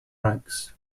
ranks